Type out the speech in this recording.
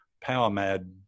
power-mad